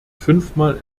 fünfmal